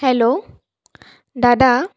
hello দাদা